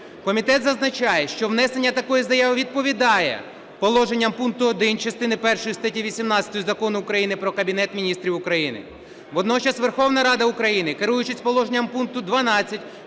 Комітет зазначає, що внесення такої заяви відповідає положенням пункту 1 частини першої статті 18 Закону України "Про Кабінет Міністрів України". Водночас Верховна Рада України, керуючись положенням пункту 12